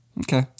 okay